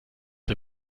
der